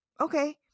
Okay